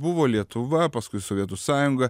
buvo lietuva paskui sovietų sąjunga